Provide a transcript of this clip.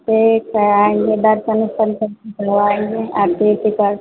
ठीक है आएँगे दर्शन ओर्सन कर निकलवाएँगे आरती ओरती करके